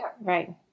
right